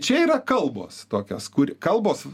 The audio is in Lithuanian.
čia yra kalbos tokios kur kalbos